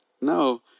No